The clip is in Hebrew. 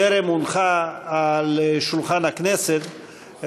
טרם הונחה על שולחן הכנסת,